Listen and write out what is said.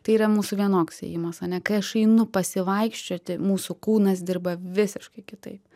tai yra mūsų vienoks ėjimas ane kai aš einu pasivaikščioti mūsų kūnas dirba visiškai kitaip